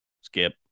skip